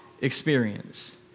experience